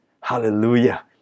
hallelujah